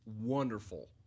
wonderful